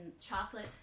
chocolate